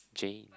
Jayne